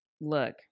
Look